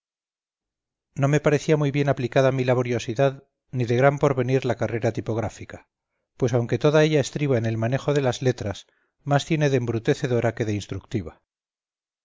no me parecía muy bien aplicada mi laboriosidad ni de gran porvenir la carrera tipográfica pues aunque toda ella estriba en el manejo de las letras más tiene de embrutecedora que de instructiva